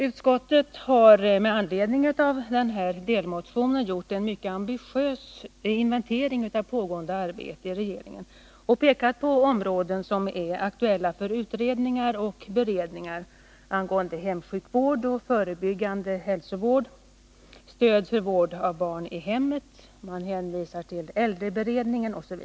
Utskottet har med anledning av den här delmotionen gjort en mycket ambitiös inventering av pågående arbete i regeringen och pekat på områden som är aktuella för utredningar och beredningar angående hemsjukvård, förebyggande hälsovård, stöd för vård av barn i hemmet osv. Man hänvisar även till äldreberedningen.